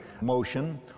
motion